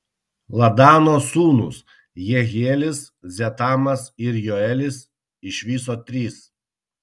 ladano sūnūs jehielis zetamas ir joelis iš viso trys